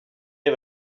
les